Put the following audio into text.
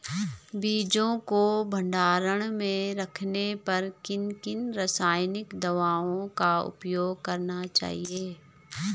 बीजों को भंडारण में रखने पर किन किन रासायनिक दावों का उपयोग करना चाहिए?